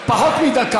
כולנו רוצים להבטיח בית